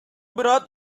brought